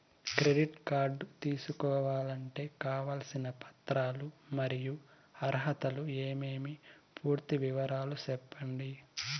Credit card తీసుకోవాలంటే కావాల్సిన పత్రాలు మరియు అర్హతలు ఏమేమి పూర్తి వివరాలు సెప్పండి?